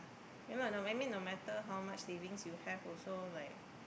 ya lah I mean no matter how much saving you have also like